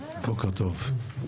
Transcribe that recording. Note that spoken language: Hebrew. בוקר טוב.